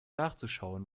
nachzuschauen